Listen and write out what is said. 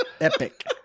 Epic